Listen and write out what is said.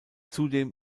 zudem